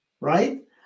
Right